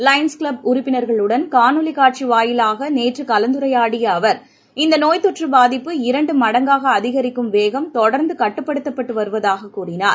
Lions Club உறுப்பினர்களுடன் காணொலி காட்சி வாயிலாக நேற்று கலந்துரையாடிய அவர் இந்த நோய் தொற்று பாதிப்பு இரண்டு மடங்காக அதிகரிக்கும் வேகம் தொடர்ந்து கட்டுப்படுத்தப்பட்டு வருவதாகக் கூறினார்